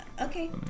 Okay